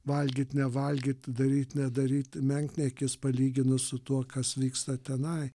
valgyt nevalgyt daryt nedaryt menkniekis palyginus su tuo kas vyksta tenai